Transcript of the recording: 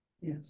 Yes